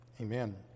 amen